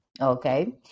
okay